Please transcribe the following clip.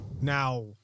Now